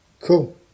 cool